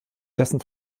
dessen